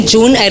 June